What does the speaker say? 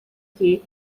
que